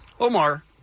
Omar